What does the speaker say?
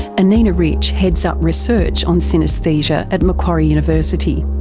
anina rich heads up research on synaesthesia at macquarie university.